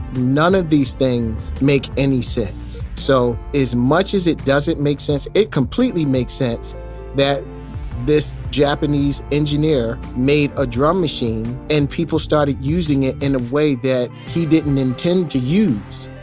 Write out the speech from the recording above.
none of these things make any sense. so as much as it doesn't make sense, it completely makes sense that this japanese engineer made a drum machine and people started using it in a way that he didn't intend to use.